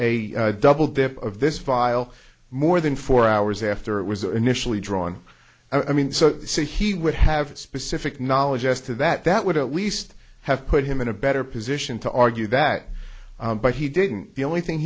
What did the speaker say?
received a double dip of this file more than four hours after it was initially drawn i mean see he would have specific knowledge as to that that would at least have put him in a better position to argue that but he didn't the only thing